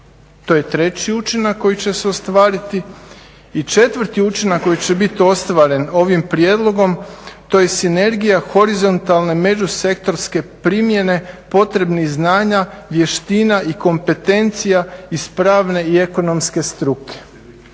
To je treći učinak koji će se ostvariti. I četvrti učinak koji će biti ostvaren ovim prijedlogom to je sinergija horizontalne međusektorske primjene potrebnih znanja, vještina i kompetencija iz pravne i ekonomske struke.